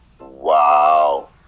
Wow